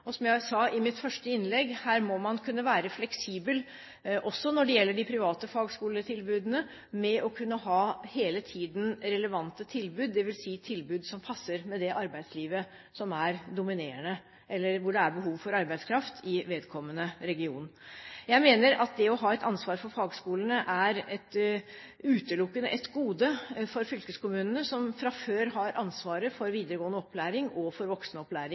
Som jeg sa i mitt første innlegg: Her må man kunne være fleksibel, også når det gjelder de private fagskoletilbudene, med tanke på hele tiden å kunne ha relevante tilbud, det vil si tilbud som passer med det arbeidslivet som er dominerende, eller hvor det er behov for arbeidskraft i vedkommende region. Jeg mener at å ha et ansvar for fagskolene utelukkende er et gode for fylkeskommunene, som fra før har ansvaret for videregående opplæring og for voksenopplæring.